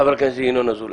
חבר הכנסת ינון אזולאי.